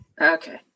okay